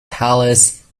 palace